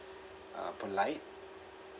uh polite